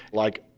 like,